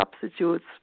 substitutes